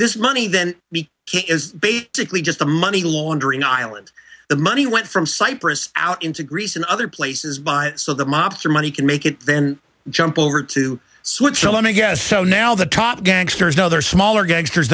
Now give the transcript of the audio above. this money then is basically just a money laundering island the money went from cyprus out into greece and other places by so the mobster money can make it then jump over to switzerland i guess so now the top gangsters now there are smaller gangsters